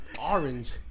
orange